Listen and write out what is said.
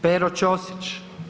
Pero Ćosić.